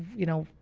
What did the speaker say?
you know,